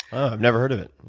i've never heard of it.